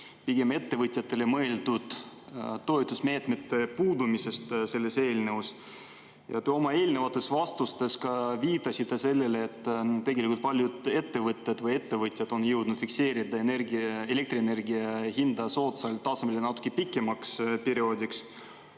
pigem ettevõtjatele mõeldud toetusmeetmete puudumisest selles eelnõus. Te oma eelnevates vastustes viitasite sellele, et paljud ettevõtjad on jõudnud fikseerida elektrienergia hinna soodsale tasemele natuke pikemaks perioodiks.